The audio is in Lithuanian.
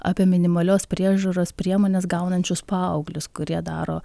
apie minimalios priežiūros priemones gaunančius paauglius kurie daro